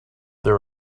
there